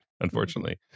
unfortunately